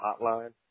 hotline